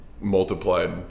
multiplied